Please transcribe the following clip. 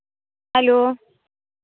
hello